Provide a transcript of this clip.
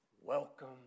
welcome